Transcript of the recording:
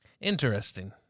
Interesting